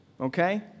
Okay